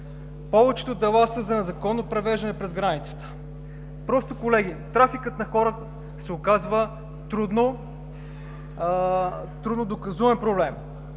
Повечето дела са за незаконно превеждане през границата. Колеги, трафикът на хора се оказва трудно доказуем проблем,